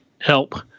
help